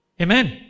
Amen